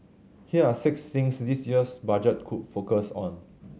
here are six things this year's Budget could focus on